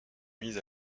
mise